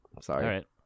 Sorry